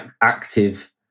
active